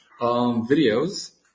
videos